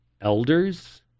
elders